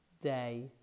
day